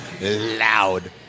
Loud